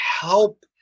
Help